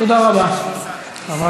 אז כבוד חבר